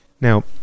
Now